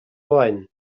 oen